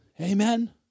Amen